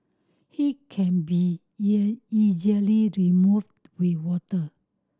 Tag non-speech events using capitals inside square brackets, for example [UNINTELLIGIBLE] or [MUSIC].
it can be [UNINTELLIGIBLE] easily removed with water